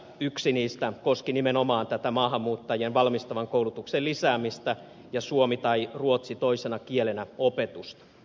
yksi niistä koski nimenomaan tätä maahanmuuttajien valmistavan koulutuksen lisäämistä ja suomi tai ruotsi toisena kielenä opetusta